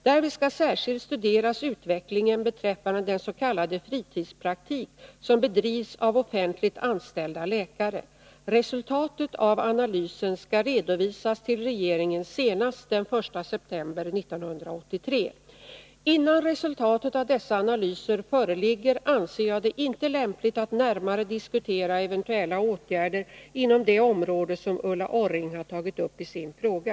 Därvid skall särskilt studeras utvecklingen beträffande den s.k. fritidspraktik som bedrivs av offentligt anställda läkare. Resultatet av analysen skall redovisas till regeringen senast den 1 september 1983. Innan resultatet av dessa analyser föreligger anser jag det inte lämpligt att närmare diskutera eventuella åtgärder inom det område som Ulla Orring har tagit upp i sin fråga.